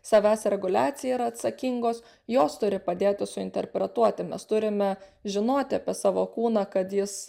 savęs reguliaciją yra atsakingos jos turi padėti suinterpretuoti mes turime žinoti apie savo kūną kad jis